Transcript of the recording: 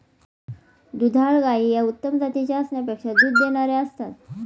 दुधाळ गायी या उत्तम जातीच्या असण्यापेक्षा दूध देणाऱ्या असतात